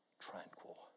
tranquil